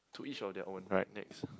to each of their own right next